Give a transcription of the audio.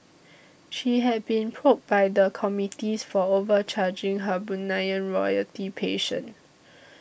she had been probed by the committees for overcharging her Bruneian royalty patient